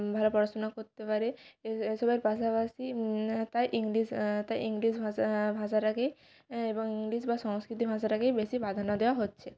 ভালো পড়াশোনা করতে পারে এই সবের পাশাপাশি তাই ইংলিশ তাই ইংলিশ ভাষা ভাষাটাকে এবং ইংলিশ বা সংস্কৃত ভাষাটাকেই বেশি প্রাধান্য দেওয়া হচ্ছে